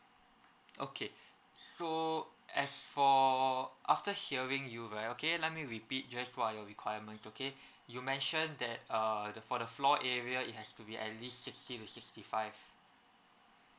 okay so as for after hearing you right okay let me repeat just who are your requirements okay you mentioned that err the for the floor area it has to be at least sixty to sixty five